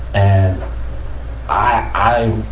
and i,